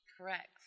Correct